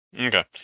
Okay